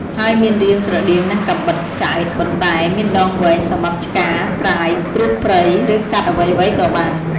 ហើយមានរាងស្រដៀងនឹងកាំបិតចែត ប៉ុន្តែមានដងវែងសម្រាប់ឆ្ការ ត្រាយ ត្រួសព្រៃ ឬកាត់អ្វីៗក៏បាន ។